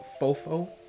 fofo